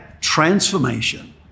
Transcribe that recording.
transformation